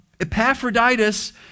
Epaphroditus